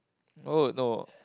oh no